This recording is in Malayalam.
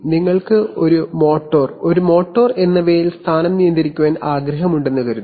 നിങ്ങൾക്ക് ഒരു മോട്ടോർസ്ഥാനം നിയന്ത്രിക്കാൻ ആഗ്രഹമുണ്ടെന്ന് കരുതുക